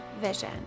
vision